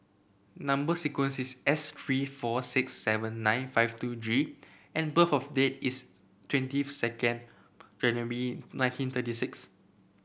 number sequence is S three four six seven nine five two G and birth of date is twenty second January nineteen thirty six